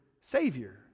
Savior